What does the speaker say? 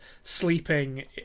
sleeping